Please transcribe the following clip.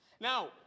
Now